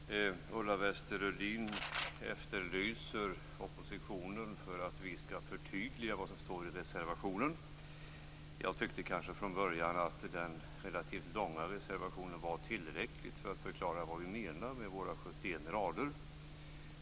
Herr talman! Ulla Wester-Rudin efterlyser oppositionen, för att vi skall förtydliga vad som står i reservationen. Jag tyckte kanske från början att den relativt långa reservationen var tillräcklig för att förklara vad vi menar, med våra 71 rader.